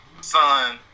son